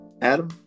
Adam